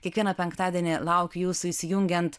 kiekvieną penktadienį laukiu jūsų įsijungiant